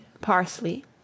parsley